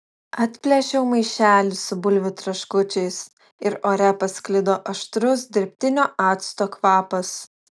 atplėšiau maišelį su bulvių traškučiais ir ore pasklido aštrus dirbtinio acto kvapas